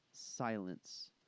silence